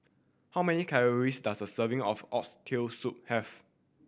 how many calories does a serving of Oxtail Soup have